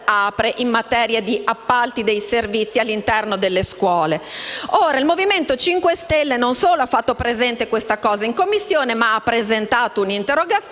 Il Movimento 5 Stelle non solo ha fatto presente questo fatto in Commissione, ma ha presentato un'interrogazione